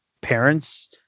parents